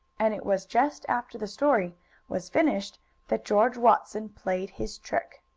and it was just after the story was finished that george watson played his trick.